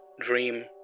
dream